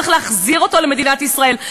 צריך להחזיר אותו למדינת ישראל,